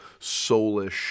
soulish